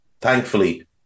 thankfully